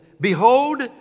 Behold